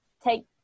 take